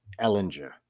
Ellinger